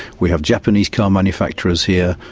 we have japanese car manufacturers here,